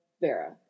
Vera